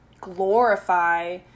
glorify